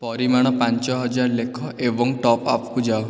ପରିମାଣ ପାଞ୍ଚ ହଜାର ଲେଖ ଏବଂ ଟପ୍ ଆପ୍କୁ ଯାଅ